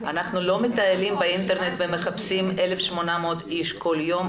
אנחנו לא מטיילים באינטרנט ומחפשים 1,800 אנשים כל יום,